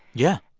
yeah.